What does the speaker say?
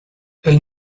elle